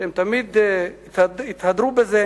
שהם תמיד התהדרו בה,